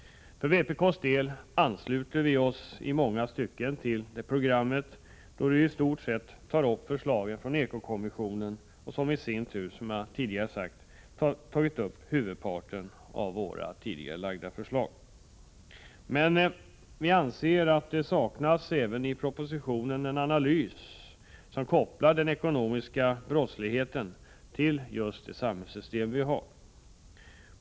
För vpk:s del ansluter vi oss i många stycken till programmet, eftersom det i stort tar upp förslagen från eko-kommissionen, vilken i sin tur — som jag förut har sagt — har tagit upp huvudparten av våra tidigare framlagda förslag. Men vi anser att det i propositionen saknas en analys, som kopplar den ekonomiska brottsligheten till det samhällssystem vi har.